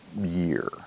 year